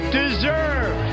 deserve